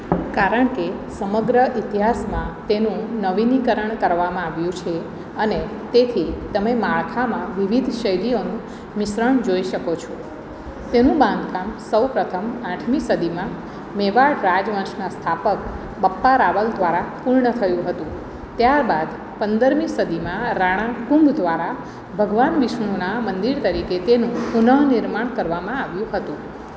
કારણ કે સમગ્ર ઇતિહાસમાં તેનું નવીનીકરણ કરવામાં આવ્યું છે અને તેથી તમે માળખામાં વિવિધ શૈલીઓનું મિશ્રણ જોઇ શકો છો તેનું બાંધકામ સૌપ્રથમ આઠમી સદીમાં મેવાડ રાજ વંશના સ્થાપક બપ્પા રાવલ દ્વારા પૂર્ણ થયું હતું ત્યારબાદ પંદરમી સદીમાં રાણા કુંભ દ્વારા ભગવાન વિષ્ણુનાં મંદિર તરીકે તેનું પુનઃનિર્માણ કરવામાં આવ્યું હતું